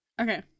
Okay